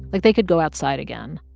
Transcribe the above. like they could go outside again.